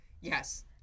Yes